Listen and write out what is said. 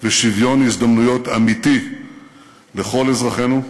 ושוויון הזדמנויות אמיתי לכל אזרחינו,